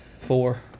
four